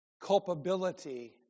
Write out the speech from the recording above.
culpability